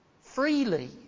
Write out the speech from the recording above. Freely